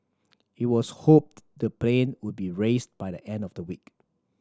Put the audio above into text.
it was hoped the plane would be raised by the end of the week